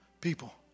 people